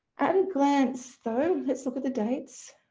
at a glance though, let's look at the dates.